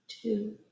two